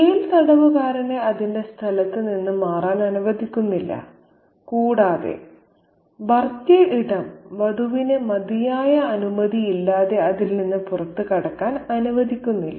jail തടവുകാരനെ അതിന്റെ സ്ഥലത്ത് നിന്ന് മാറാൻ അനുവദിക്കുന്നില്ല കൂടാതെ ഭർതൃ ഇടം വധുവിനെ മതിയായ അനുമതിയില്ലാതെ അതിൽ നിന്ന് പുറത്തുകടക്കാൻ അനുവദിക്കുന്നില്ല